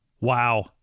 Wow